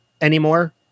anymore